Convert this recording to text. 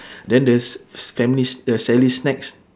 then there's s~ family the sally snacks